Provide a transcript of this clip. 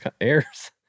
airs